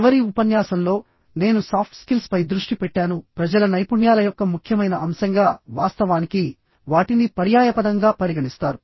చివరి ఉపన్యాసంలో నేను సాఫ్ట్ స్కిల్స్ పై దృష్టి పెట్టాను ప్రజల నైపుణ్యాల యొక్క ముఖ్యమైన అంశంగా వాస్తవానికి వాటిని పర్యాయపదంగా పరిగణిస్తారు